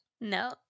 no